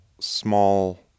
small